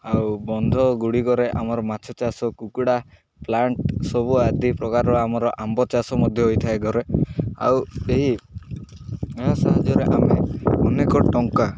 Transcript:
ଆଉ ବନ୍ଧ ଗୁଡ଼ିକରେ ଆମର ମାଛ ଚାଷ କୁକୁଡ଼ା ପ୍ଲାଣ୍ଟ ସବୁ ଆଦି ପ୍ରକାରର ଆମର ଆମ୍ବ ଚାଷ ମଧ୍ୟ ହୋଇଥାଏ ଘରେ ଆଉ ଏହି ଏହା ସାହାଯ୍ୟରେ ଆମେ ଅନେକ ଟଙ୍କା